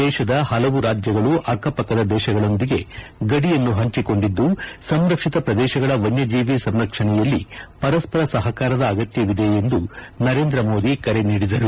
ದೇಶದ ಹಲವು ರಾಜ್ಯಗಳು ಅಕ್ಕಪಕ್ಕದ ದೇಶಗಳೊಂದಿಗೆ ಗಡಿಯನ್ನು ಪಂಚಿಕೊಂಡಿದ್ದು ಸಂರಕ್ಷಿತ ಪ್ರದೇಶಗಳ ವನ್ನಜೀವಿ ಸಂರಕ್ಷಣೆಯಲ್ಲಿ ಪರಸ್ಪರ ಸಹಕಾರದ ಅಗತ್ವವಿದೆ ಎಂದು ನರೇಂದ್ರ ಮೋದಿ ಕರೆ ನೀಡಿದರು